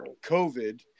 COVID